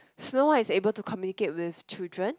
Snow-White is able to communicate with children